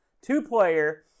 two-player